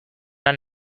lan